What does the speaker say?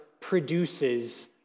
produces